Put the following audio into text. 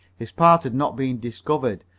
his part had not been discovered,